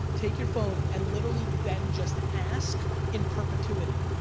take your phone and literally then just ask in perpetuity,